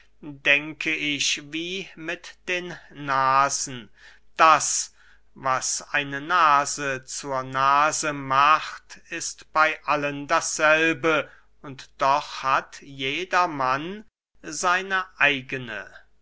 denke ich wie mit den nasen das was eine nase zur nase macht ist bey allen dasselbe und doch hat jedermann seine eigene